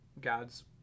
God's